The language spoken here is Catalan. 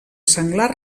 senglar